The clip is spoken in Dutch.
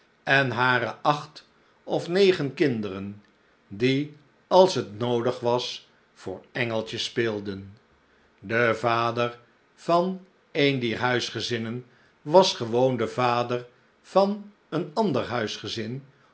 en hare acht of negen kinderen die als het noodig was voor engeltjes speelden de vader van een dier huisgezinnen was gewoon den vader van een ander